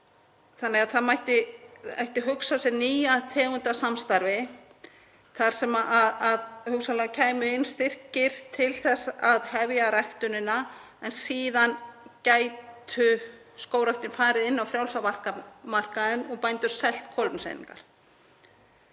bænda. Það mætti hugsa sér nýja tegund af samstarfi þar sem hugsanlega kæmu inn styrkir til þess að hefja ræktunina en síðan gæti skógræktin farið inn á frjálsan markaðinn og bændur selt kolefniseiningar.